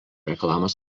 reklamos